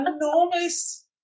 enormous